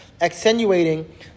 accentuating